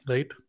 Right